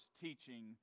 teaching